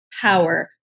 power